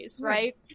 right